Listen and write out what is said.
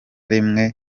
rimwe